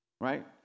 Right